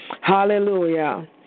Hallelujah